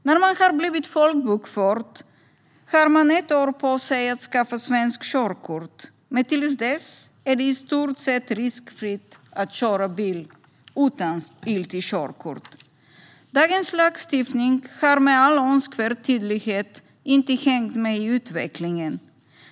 När man har blivit folkbokförd har man ett år på sig att skaffa svenskt körkort, men till dess är det i stort sett riskfritt att köra bil utan giltigt körkort. Dagens lagstiftning har med all önskvärd tydlighet inte hängt med i utvecklingen.